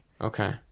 Okay